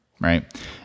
right